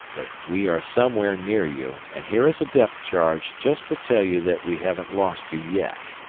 that we are somewhere near you, and here is a depth-charge just to tell you that we haven't lost you yet.